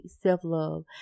Self-love